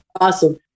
Awesome